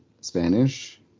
Spanish